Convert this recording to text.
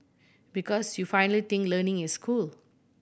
because you finally think learning is cool